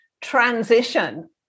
transition